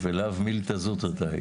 ולאו מילתא זוטרתא.